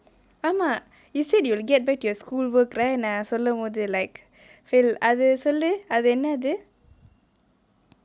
ஆமா:aama you said you will get back your schoolwork right நா சொல்லும்போது:naa sollumpothu like அது சொல்லு அது என்னாது:athu sollu athu ennathu